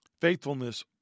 Faithfulness